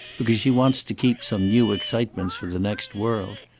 because she wants to keep some new excitements for the next world.